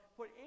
put